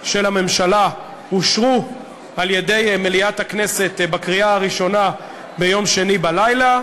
של הממשלה אושרו על-ידי מליאת הכנסת בקריאה הראשונה ביום שני בלילה,